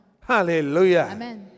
Hallelujah